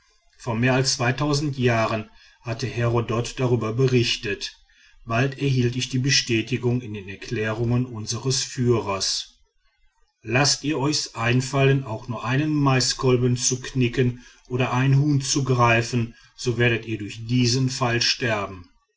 vor mehr als jahren hat herodot darüber berichtet bald erhielt ich die bestätigung in den erklärungen unseres führers laßt ihr's euch einfallen auch nur einen maiskolben zu knicken oder ein huhn zu greifen so werdet ihr durch diesen pfeil sterben